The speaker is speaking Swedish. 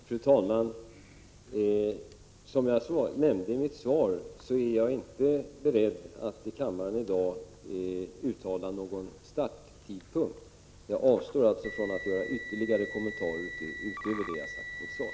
Fru talman! Som jag nämnde i mitt svar är jag inte beredd att i kammaren i dag uttala någon starttidpunkt. Jag avstår alltså från att göra ytterligare kommentarer utöver det jag har sagt i mitt svar.